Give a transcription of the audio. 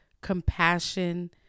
compassion